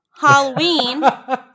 Halloween